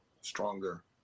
stronger